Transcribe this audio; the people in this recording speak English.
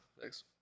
Thanks